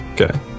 Okay